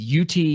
UT